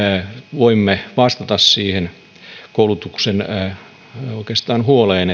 voimme vastata siihen koulutuksen oikeastaan huoleen